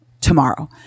Tomorrow